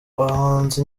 abahanzi